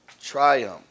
triumph